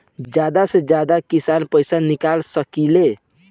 जादा से जादा कितना पैसा निकाल सकईले?